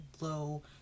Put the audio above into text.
low